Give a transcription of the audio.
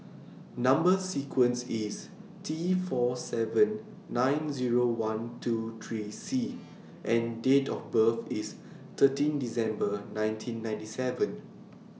Number sequence IS T four seven nine Zero one two three C and Date of birth IS thirteen December nineteen ninety seven